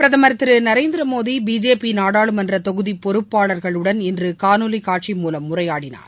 பிரதமர் திரு நரேந்திர மோடி பிஜேபி நாடாளுமன்ற தொகுதிப் பொறுப்பாளர்களுடன் இன்று காணொலிக் காட்சி மூலம் உரையாடனார்